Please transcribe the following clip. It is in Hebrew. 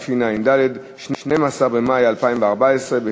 י"ב באייר תשע"ד,